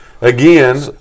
Again